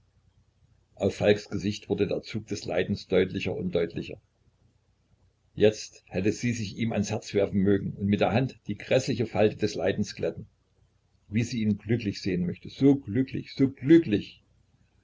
auf falks gesicht wurde der zug des leidens deutlicher und deutlicher jetzt hätte sie sich ihm ans herz werfen mögen und mit der hand die gräßliche falte des leidens glätten wie sie ihn glücklich sehen möchte so glücklich so glücklich